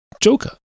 Joker